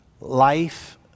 Life